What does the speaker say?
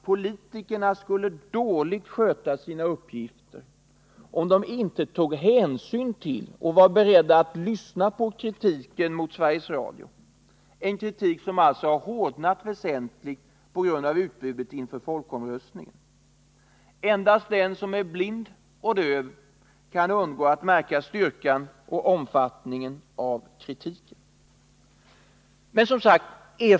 Politikerna skulle dåligt sköta sina uppgifter, om de inte tog hänsyn till och var beredda att lyssna på kritiken mot Sveriges Radio — en kritik som på grund av utbudet inför folkomröstningen om kärnkraft väsentligen har hårdnat. Endast den som är blind och döv kan undgå att märka styrkan i och omfattningen av kritiken.